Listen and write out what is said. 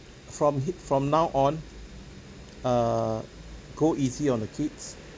from he~ from now on err go easy on the kids